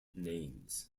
names